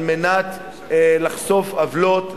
על מנת לחשוף עוולות,